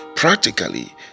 Practically